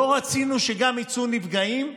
לא רצינו שהם גם יצאו נפגעים,